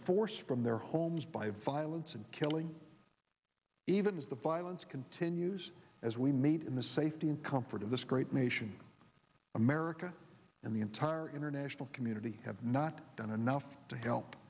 forced from their homes by violence and killing even as the violence continues as we meet in the safety and comfort of this great nation america and the entire international community have not done enough to help